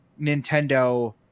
Nintendo